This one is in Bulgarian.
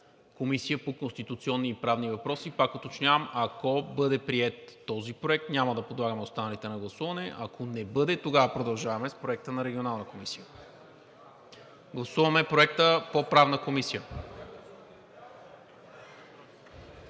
Комисията по конституционни и правни въпроси. Пак уточнявам, ако бъде приет този проект, няма да подлагам останалите на гласуване. Ако не бъде, тогава продължаваме с Проекта на Регионалната комисия. Гласуваме Проекта по Правната комисия.